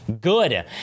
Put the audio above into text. Good